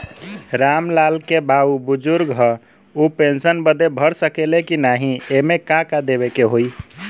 राम लाल के बाऊ बुजुर्ग ह ऊ पेंशन बदे भर सके ले की नाही एमे का का देवे के होई?